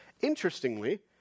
Interestingly